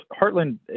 Heartland